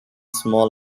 small